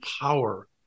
power